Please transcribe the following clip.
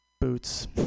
Boots